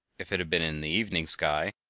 if it had been in the evening sky,